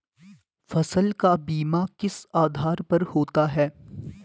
फसल का बीमा किस आधार पर होता है?